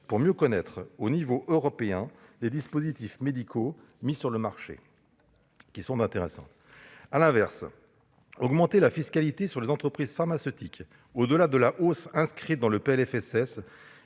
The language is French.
de mieux connaître, au niveau européen, les dispositifs médicaux mis sur le marché. À l'inverse, augmenter la fiscalité sur les entreprises pharmaceutiques au-delà de la hausse inscrite dans le PLFSS